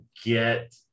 get